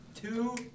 two